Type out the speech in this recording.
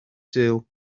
sul